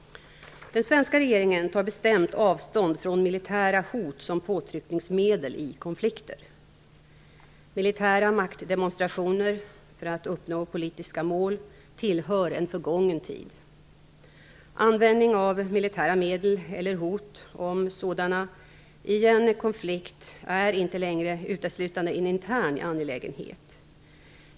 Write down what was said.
Den svenska regeringen tar bestämt avstånd från militära hot som påtryckningsmedel i konflikter. Militära maktdemonstrationer för att uppnå politiska mål tillhör en förgången tid. Användning av militära medel eller hot om sådana i en konflikt är inte längre uteslutande en intern angelägenhet.